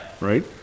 Right